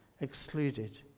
excluded